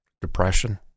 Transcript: depression